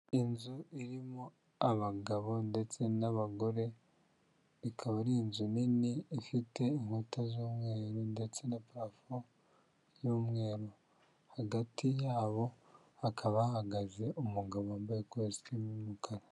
Inzu irimo abagabo ndetse n'abagore ikaba ari inzu nini ifite inkuta z'umweru ndetse na parafo y'umweru hagati yabo hakaba hahagaze umugabo wambaye ikositimu y'umukara.